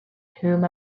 whom